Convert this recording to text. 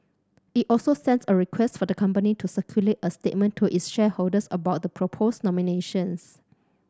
it also sends a request for the company to circulate a statement to its shareholders about the proposed nominations